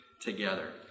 together